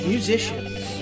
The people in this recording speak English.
Musicians